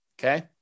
Okay